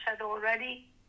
already